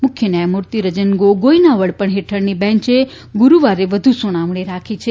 મુખ્ય ન્યાયમૂર્તિ રંજન ગોગોઈના વડપણ હેઠળની બેંચે ગુરૂવારે વ્ધુ સુનાવણી રાખી છે